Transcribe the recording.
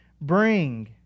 Bring